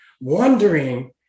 wondering